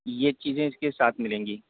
ये चीज़ें इसके साथ मिलेंगी